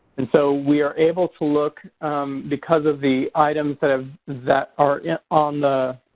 and so we are able to look because of the items sort of that are on the